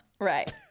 Right